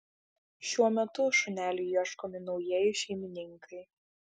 šiuo metu šuneliui ieškomi naujieji šeimininkai